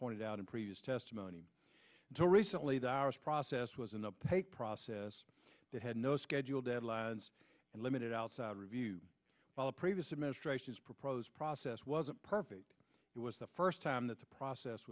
pointed out in previous testimony until recently the hours process was an uptake process that had no schedule deadlines and limited outside review while a previous administration's proposed process wasn't perfect it was the first time that the process